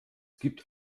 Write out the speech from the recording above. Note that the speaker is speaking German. gibt